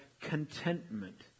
contentment